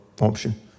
option